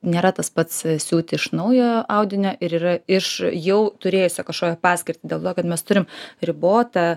nėra tas pats siūt iš naujo audinio ir yra iš jau turėjusio kažkokią paskirtį dėl to kad mes turim ribotą